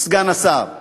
שמענו בשבוע